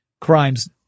crimes